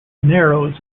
narrows